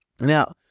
now